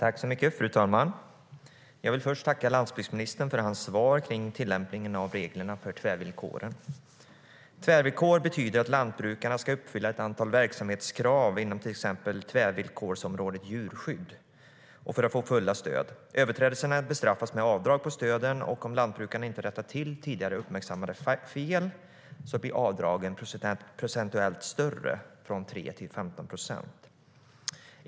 Fru talman! Jag vill först tacka landsbygdsministern för hans svar om tillämpningen av reglerna för tvärvillkoren. Tvärvillkor betyder att lantbrukarna ska uppfylla ett antal verksamhetskrav inom till exempel tvärvillkorsområdet djurskydd för att få fulla stöd. Överträdelser bestraffas med avdrag på stöden, och om lantbrukarna inte har rättat till tidigare uppmärksammade fel blir avdragen procentuellt större, från 3 till 15 procent.